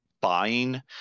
buying